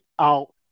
out